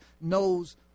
knows